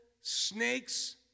snakes